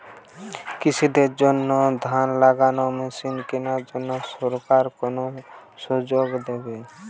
কৃষি দের জন্য ধান লাগানোর মেশিন কেনার জন্য সরকার কোন সুযোগ দেবে?